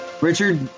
Richard